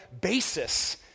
basis